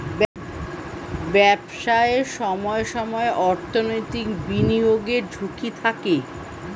ব্যবসায় সময়ে সময়ে অর্থনৈতিক বিনিয়োগের ঝুঁকি থাকে